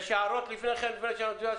יש הערות?